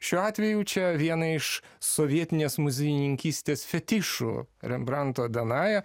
šiuo atveju čia vieną iš sovietinės muziejininkystės fetišų rembranto danaja